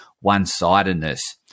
one-sidedness